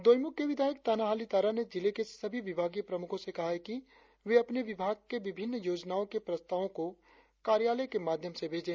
दोईमुख के विधायक ताना हाली तारा ने जिले के सभी विभागीय प्रमुखों से कहा है कि वे अपने विभाग के विभिन्न योजनाओं के प्रस्तावों को कार्यालय के माध्यम से भेजे